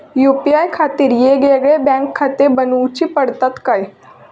UPI खातीर येगयेगळे बँकखाते बनऊची पडतात काय?